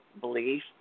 belief